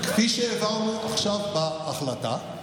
כפי שהעברנו עכשיו בהחלטה.